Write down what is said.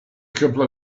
couple